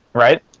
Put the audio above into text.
right?